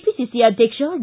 PCC ಅಧ್ಯಕ್ಷ D